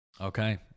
Okay